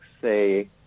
say